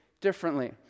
differently